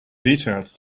details